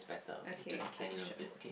okay okay sure